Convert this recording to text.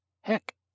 Heck